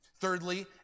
Thirdly